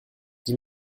die